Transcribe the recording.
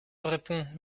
répond